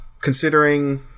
considering